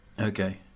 Okay